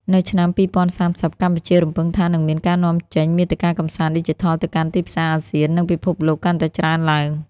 នៅឆ្នាំ ២០៣០ កម្ពុជារំពឹងថានឹងមានការនាំចេញមាតិកាកម្សាន្តឌីជីថលទៅកាន់ទីផ្សារអាស៊ាន និងពិភពលោកកាន់តែច្រើនឡើង។